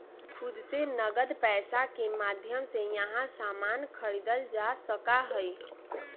खुद से नकद पैसा के माध्यम से यहां सामान खरीदल जा सका हई